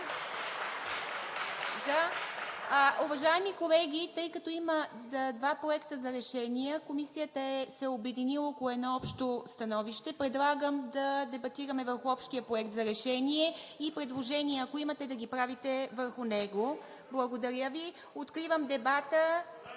Уважаеми колеги, тъй като има два проекта за решения, Комисията се е обединила около едно общо становище. Предлагам да дебатираме върху общия проект за решение и предложения, ако имате, да ги правите върху него. Благодаря Ви. Откривам дебата.